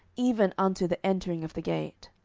even unto the entering of the gate.